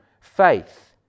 faith